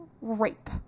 rape